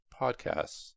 podcasts